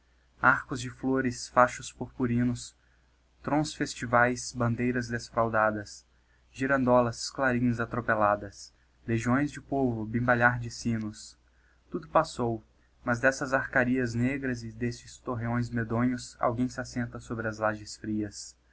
arcos de flores fachos purpurinos trons festivaes bandeiras desfraldadas gyrandolas clarins atropeladas legiões de povo bimbalhar de sinos tudo passou mas destas arcarias negras e destes torreões medonhos alguém se assenta sobre as lages frias